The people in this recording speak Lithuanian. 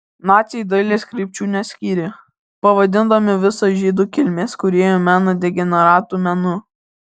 naciai dailės krypčių neskyrė pavadindami visą žydų kilmės kūrėjų meną degeneratų menu